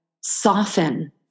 soften